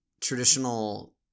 traditional